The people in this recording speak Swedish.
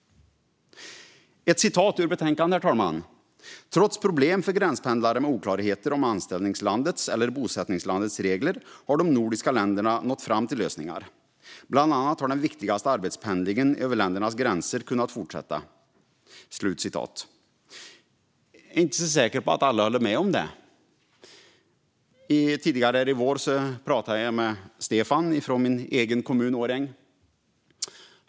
Ett citat ur betänkandet: "Trots problem för gränspendlare med oklarheter om anställningslandets eller bosättningslandets regler, har de nordiska länderna nått fram till lösningar. Bland annat har den viktigaste arbetspendlingen över ländernas gränser kunnat fortsätta." Jag är inte så säker på att alla håller med om det. Tidigare i våras talade jag med Stefan från min egen kommun Årjäng.